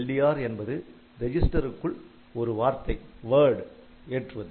LDR என்பது ரிஜிஸ்டருக்குள் ஒரு வார்த்தை ஏற்றுவது